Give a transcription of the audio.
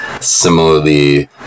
similarly